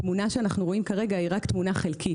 התמונה שאנחנו רואים כרגע היא רק תמונה חלקית,